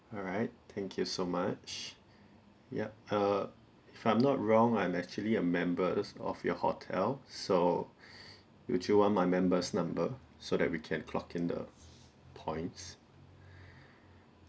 alright thank you so much yup err if I'm not wrong I'm actually a members of your hotel so would you want my members number so that we can clock in the points